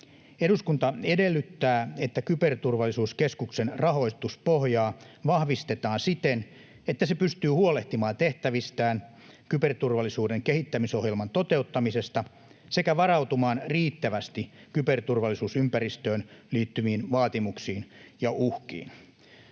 ”Eduskunta edellyttää, että Kyberturvallisuuskeskuksen rahoituspohjaa vahvistetaan siten, että se pystyy huolehtimaan tehtävistään, kyberturvallisuuden kehittämisohjelman toteuttamisesta sekä varautumaan riittävästi kyberturvallisuusympäristöön liittyviin vaatimuksiin ja uhkiin.”